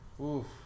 Oof